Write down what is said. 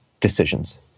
decisions